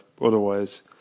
otherwise